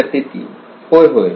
विद्यार्थी 3 होय होय